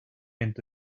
into